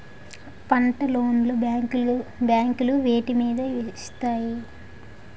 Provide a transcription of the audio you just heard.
పంట లోన్ లు బ్యాంకులు వేటి మీద ఇస్తాయి?